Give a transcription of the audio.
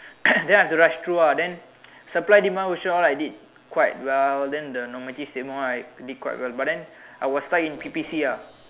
then I had to rush through lah then supply demand question all I did quite well then the normative statement all I did quite well but then I was stuck in P_P_C ah